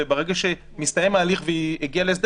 וברגע שמסתיים ההליך והיא הגיעה להסדר